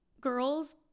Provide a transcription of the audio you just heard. girls